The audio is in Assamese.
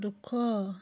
দুশ